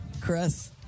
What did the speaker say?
Chris